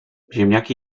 ziemniaki